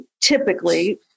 typically